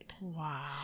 Wow